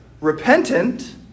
repentant